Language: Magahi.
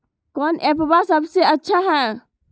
कौन एप्पबा सबसे अच्छा हय?